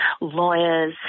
lawyers